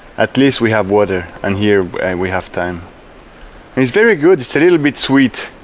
at least we have water and here and we have time it's very good it's a little bit sweet